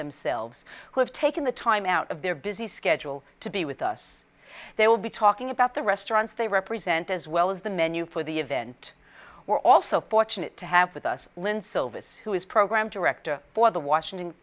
themselves who have taken the time out of their busy schedule to be with us they will be talking about the restaurants they represent as well as the menu for the event we're also fortunate to have with us lynne silva's who is program director for the washington